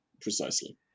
Precisely